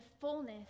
fullness